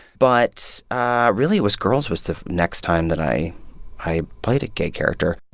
but really, it was girls was the next time that i i played a gay character